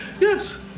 yes